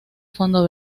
fondo